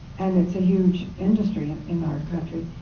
and it's a huge industry in our country,